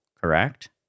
correct